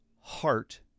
heart